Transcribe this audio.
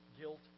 guilt